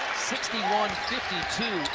sixty one fifty two